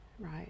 right